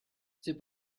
c’est